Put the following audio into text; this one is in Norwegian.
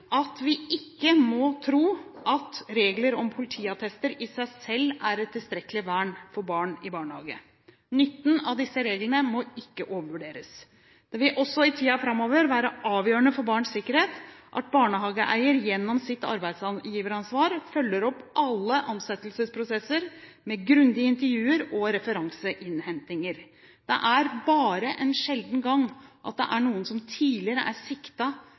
at vi ikke må tro at regler og politiattester i seg selv er et tilstrekkelig vern for barn i barnehage. Nytten av disse reglene må ikke overvurderes. Også i tiden framover er det avgjørende for barns sikkerhet at barnehageeier gjennom sitt arbeidsgiveransvar følger opp alle ansettelsesprosesser med grundige intervjuer og referanseinnhentinger. Det er bare en sjelden gang at det er noen som tidligere er